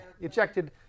Ejected